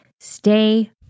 stay